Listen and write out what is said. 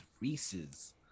Reese's